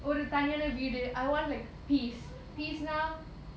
ஒரு தனியான வீடு:oru thaniyana veedu I want like peace peace